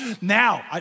Now